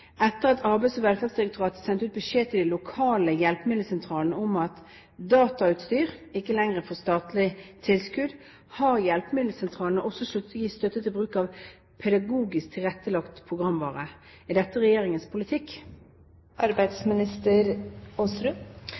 Etter at Arbeids- og velferdsdirektoratet sendte ut beskjed til de lokale hjelpemiddelsentralene om at «datautstyr» ikke lenger får statlig tilskudd, har hjelpemiddelsentralene også sluttet å gi støtte til bruk av pedagogisk tilrettelagt programvare. Er dette regjeringens politikk?»